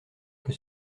que